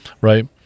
right